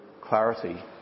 clarity